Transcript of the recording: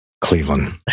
Cleveland